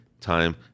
time